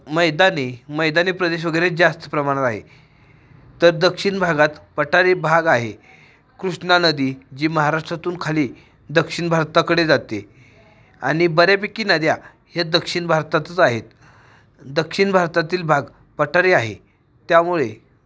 मैदानी मैदानी प्रदेश वगैरे जास्त प्रमाणात आहे तर दक्षिण भागात पठारी भाग आहे कृष्णा नदी जी महाराष्ट्रातून खाली दक्षिण भारताकडे जाते आनि बऱ्यापैकी नद्या हे दक्षिण भारतातच आहेत दक्षिण भारतातील भाग पठारी आहे त्यामुळे